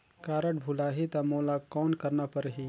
Card भुलाही ता मोला कौन करना परही?